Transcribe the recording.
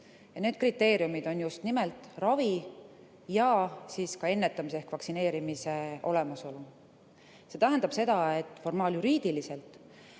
Need kriteeriumid on just nimelt ravi ja siis ka ennetamis[võimalus]e ehk vaktsineerimise olemasolu. See tähendab seda, et formaaljuriidiliselt